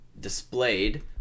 displayed